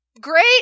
Great